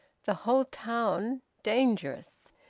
the whole town, dangerous.